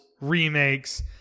remakes